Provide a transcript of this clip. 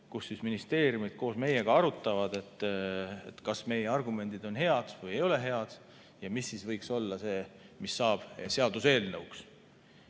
kus ministeeriumid koos meiega arutavad, kas meie argumendid on head või ei ole head ja mis võiks olla see, mis saab seaduseelnõuks.